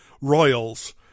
Royals